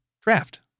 draft